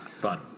Fun